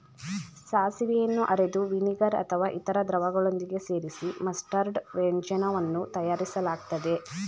ಸಾಸಿವೆಯನ್ನು ಅರೆದು ವಿನಿಗರ್ ಅಥವಾ ಇತರ ದ್ರವಗಳೊಂದಿಗೆ ಸೇರಿಸಿ ಮಸ್ಟರ್ಡ್ ವ್ಯಂಜನವನ್ನು ತಯಾರಿಸಲಾಗ್ತದೆ